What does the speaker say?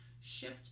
shift